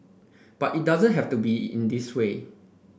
but it doesn't have to be in this way